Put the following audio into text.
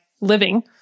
living